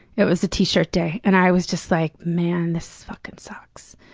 it was the t-shirt day. and i was just like, man, this fuckin' sucks.